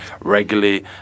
regularly